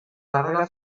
darrera